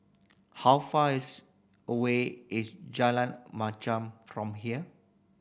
how far is away is Jalan Machang from here